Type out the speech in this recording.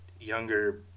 younger